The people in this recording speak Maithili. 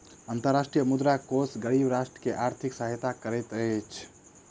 अंतर्राष्ट्रीय मुद्रा कोष गरीब राष्ट्र के आर्थिक सहायता करैत अछि